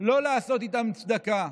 לא לעשות איתם צדקה,